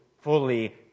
fully